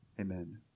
Amen